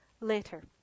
later